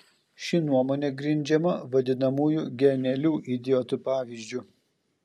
ši nuomonė grindžiama vadinamųjų genialių idiotų pavyzdžiu